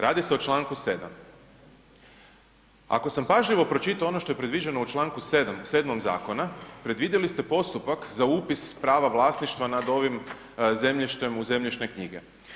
Radi se o čl. 7. Ako sam pažljivo pročitao ono što je predviđeno u čl. 7. zakona, predvidjeli ste postupak za upis prava vlasništva nad ovim zemljištem u zemljišne knjige.